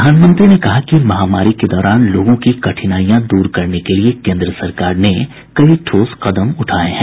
प्रधानमंत्री ने कहा कि महामारी के दौरान लोगोंकी कठिनाईयां दूर करने के लिए केन्द्र सरकार ने कई ठोस कदम उठाएं हैं